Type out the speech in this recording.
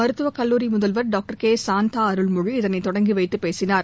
மருத்துவக் கல்லூரி முதல்வர் டாக்டர் கே சாந்தா அருள்மொழி இதனை தொடங்கி வைத்து பேசினார்